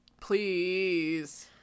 Please